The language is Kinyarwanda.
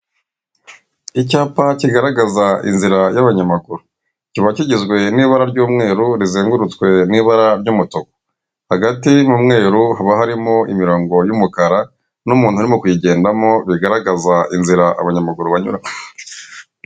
Icyapa kigaragaza inzira y'abanyamaguru, kiba kigezweye n'iburara ry'umweru rizengurutswew'ibara ry'umutuku, hagati y'umweru haba harimo imirongo y'umukara n'umuntu urimo kuyigendamo bigaragaza inzira abanyamaguru banyuramo.